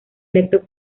electo